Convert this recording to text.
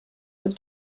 the